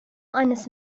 eines